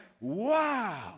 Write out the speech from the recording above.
wow